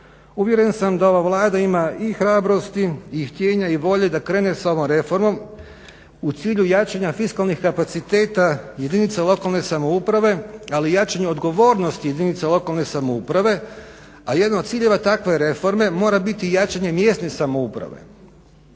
Uvjeren sam da ova Vlada ima i hrabrosti i htijenja i volje da krene sa ovom reformom u cilju jačanja fiskalnih kapaciteta jedinica lokalne samouprave, ali i jačanju odgovornosti jedinica lokalne samouprave a jedan od ciljeva takve reforme mora biti i jačanje mjesne samouprave,